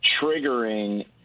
triggering